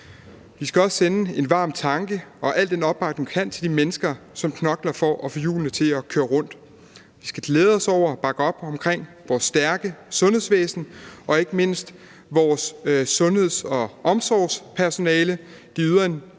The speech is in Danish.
Vi skal også sende en varm tanke og al den opbakning, vi kan, til de mennesker, som knokler for at få hjulene til at køre rundt. Vi skal glæde os over og bakke op omkring vores stærke sundhedsvæsen og ikke mindst vores sundheds- og omsorgspersonale. De yder